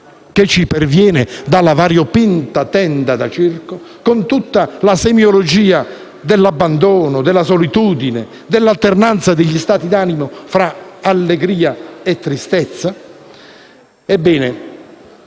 che ci perviene dalla variopinta tenda del circo, con tutta la semiologia dell'abbandono, della solitudine, dell'alternanza degli stati d'animo tra allegria e tristezza.